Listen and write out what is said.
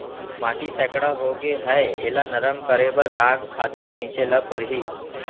माटी सैकड़ा होगे है एला नरम करे बर का खातू छिंचे ल परहि?